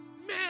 Man